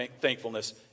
thankfulness